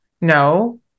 No